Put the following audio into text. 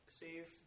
save